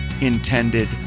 intended